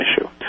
issue